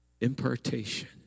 Impartation